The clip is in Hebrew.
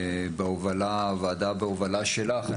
הוועדה בהובלה שלך,